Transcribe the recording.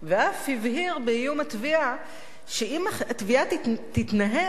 ואף הבהיר באיום התביעה שאם התביעה תתנהל,